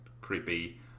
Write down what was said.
creepy